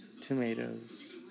Tomatoes